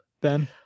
Ben